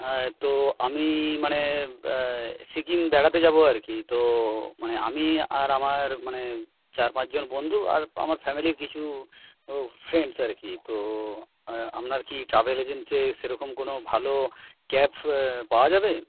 হ্যাঁ তো আমি মানে সিকিম বেড়াতে যাব আর কি তো মানে আমি আর আমার মানে চার পাঁচজন বন্ধু আর আমার ফ্যামিলির কিছু ফ্রেন্ডস আর কি তো আপনার কি ট্রাভেল এজেন্টের সেরকম কোনো ভালো ক্যাব পাওয়া যাবে